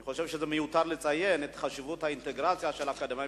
אני חושב שמיותר לציין את חשיבות האינטגרציה של האקדמאים,